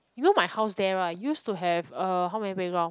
you know my house there [right] use to have uh how many playground